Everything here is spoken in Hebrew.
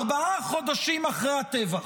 ארבעה חודשים אחרי הטבח.